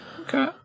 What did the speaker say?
Okay